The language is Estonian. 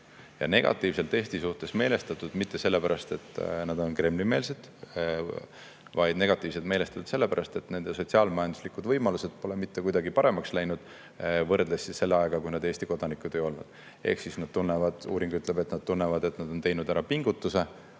Negatiivselt Eesti suhtes meelestatud pole nad mitte sellepärast, et nad oleks Kremli-meelsed, vaid nad on negatiivselt meelestatud sellepärast, et nende sotsiaal-majanduslikud võimalused pole mitte kuidagi paremaks läinud võrreldes selle ajaga, kui nad Eesti kodanikud ei olnud. Ehk uuring ütleb, et nad tunnevad, et nad on teinud ära pingutuse,